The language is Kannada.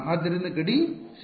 ಆದ್ದರಿಂದ ಗಡಿ ಸ್ಥಿತಿ ಹೇಳುತ್ತಿದೆ